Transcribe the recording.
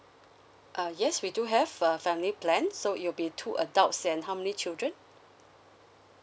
uh yes we do have a family plan so it will be two adults and how many children